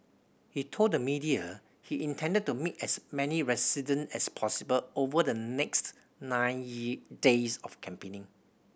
he told the media he intended to meet as many resident as possible over the next nine days of campaigning